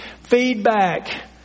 feedback